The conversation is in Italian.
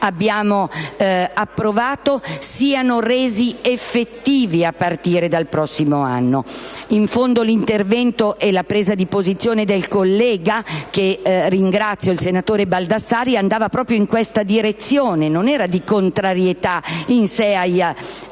abbiamo approvato siano resi effettivi a partire dal prossimo anno. In fondo, l'intervento e la presa di posizione del collega, senatore Baldassarri, che ringrazio, andava proprio in questa direzione, non era di contrarietà in sé ai